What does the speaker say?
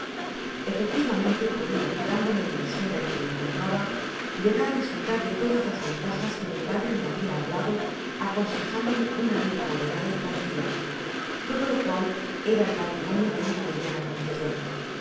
efectivamente podia quedándome en la esfera en que me encontraba llegar á disfrutar de todas las ventajas de que mi padre me habia hablado aconsejándome una vida moderada y tranquila todo lo cual era el patrimonio de una mediana condicion